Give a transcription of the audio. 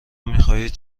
میخواهید